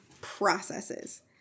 processes